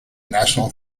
national